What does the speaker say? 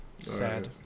sad